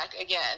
again